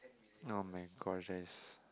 oh-my-gosh that is